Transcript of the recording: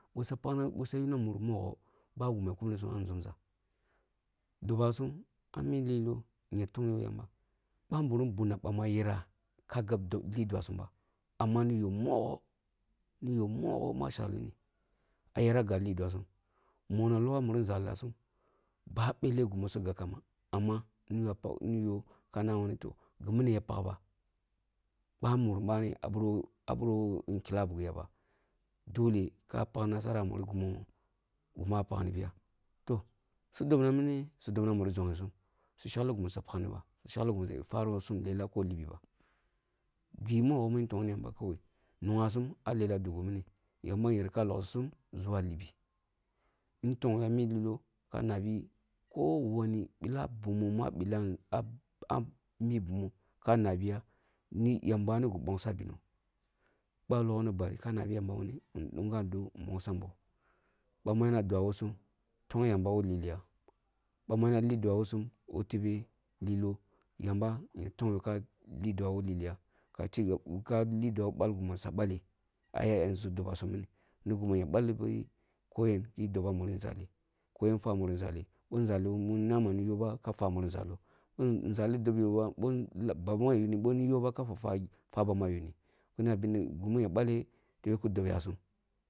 Boh su pagna boh su ya yuna murisum mogho, ba gumu kum-nasum a’ zum-za. dobasum a’mi lilo nya d tong yo yamba bah-nburum bunna ɓa ma yerah ka dob gab lidua sum ba, amma ni yo mogoh, niyo mogoh mu a’shagle ni ayere gab d lidua sum ba, mono logoh a nzalasum lidua sum ba, mono logoh a nzalasum ba beleh gumu su gab-kunba, amma niyo kana, wuni gími ya pag-kan ba, ɓa’nburum bani a’bira a’bira wo nkilla a’ bugiya ba, dolleh ka pag-nasara a muri gumu ya pagnibiya toh su dobnamu su su dobna a’muri zoh-gho sum, su shagli gimi fari wo sum lellah ko libi ba, gi mogho mun ton gni yamba, nongha sum a’ lellah ni dugu mini, yamba inyera ka loksisum zuwa libi n’tong yo ami lilo, ka nabi, ko wani ɓilah bumo mu a’ ɓilah a’ami bumo ka nabiya ni yamba gi bongso bi, boh a’ logoh ni bari, ka nabiya ɗungha doh nbongsam boh bomma ya dua wo sum, tong yamba wo lili-ya, bamu ya lidua wo sum, wo tebeh liloh yamba nya tong yo ka lidua wo lilia ka lidua wo bal-gimi siya bali ai a’ yanzu dobasum mini ni gimi bali ko yen fwa’a muri nzali, boh nzali niyo ba ka fwa muri nzali yo, bo ni yo ba fwa muri nzab gimi mu’nya bali tebeh ki tobya sum.